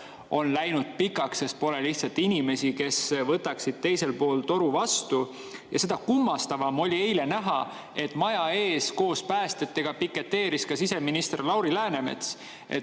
on läinud pikaks, sest pole lihtsalt inimesi, kes võtaksid teisel pool toru vastu. Seda kummastavam oli eile näha, et maja ees piketeeris koos päästjatega ka siseminister Lauri Läänemets.